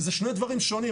וזה שני דברים שונים.